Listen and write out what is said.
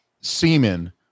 semen